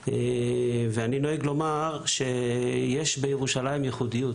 אני נוהג לומר שיש בירושלים ייחודיות